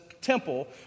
temple